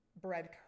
bread